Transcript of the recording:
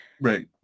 Right